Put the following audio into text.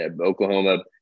Oklahoma